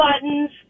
buttons